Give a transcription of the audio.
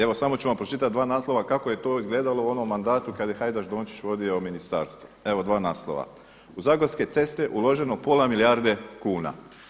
Evo samo ću vam pročitati dva naslova kako je to izgledalo u onom mandatu kada je Hajdaš-Dončić vodio ministarstvo, evo dva naslova: „U zagorske ceste uloženo pola milijarde kuna“